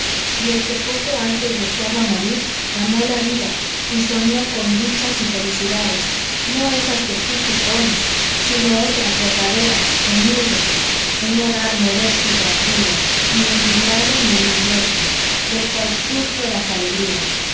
y el que poco antes deseaba morir amó la vida y soñó con dichas y felicidades no esas que tú supones sino otras verdaderas humildes un hogar modesto y tranquilo ni envidiado ni envidioso del cual tú fueras alegría